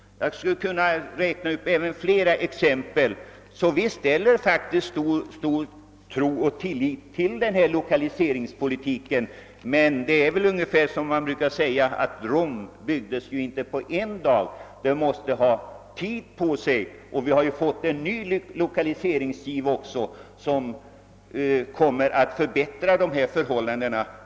Jag skulle kunna ta flera exempel. Vi måste fortsätta på den inslagna vägen. Vi har faktiskt stor tilltro till lokaliseringspolitiken. Men Rom byggdes ju inte på en dag. Man måste ha tid på sig. Vi har ju även fått en ny lokaliseringsgiv, som kommer att förbättra dessa förhållanden.